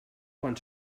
quan